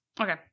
Okay